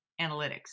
analytics